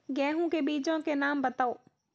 गेहूँ के बीजों के नाम बताओ?